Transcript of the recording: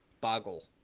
Boggle